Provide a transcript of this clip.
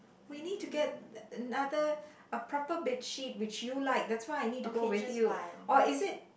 we need to get another a proper bedsheet which you like that why I need to go with you or is it